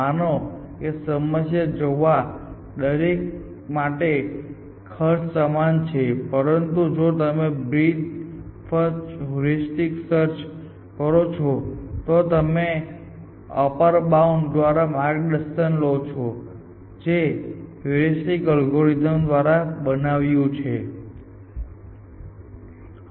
માનો કે સમસ્યા જોવા માટે દરેક એજ માટે ખર્ચ સમાન છે પરંતુ જો તમે બ્રીથ ફર્સ્ટ હ્યુરિસ્ટિ સર્ચ કરો છો તો તમે આ અપર બાઉન્ડ દ્વારા માર્ગદર્શન લો છો જે તમે હ્યુરિસ્ટિક એલ્ગોરિધમ દ્વારા બનાવ્યું છે તેથી જો તમારી પાસે એટલું જ ઓપન હોય તો તે આ અલ્ગોરિધમ માટે ઓપન છે અને સામાન્ય રીતે વ્યક્તિ અનુભવથી નિરીક્ષણ કરી શકે છે કે બ્રીથ ફર્સ્ટ હ્યુરિસ્ટિક સર્ચ માટે ઓપન ની સાઈઝ A કરતા નાની છે પરંતુ તેને ફેસ વૅલ્યુ તરીકે ન લો પરંતુ તે ફક્ત અંતર્જ્ઞાન માટે છે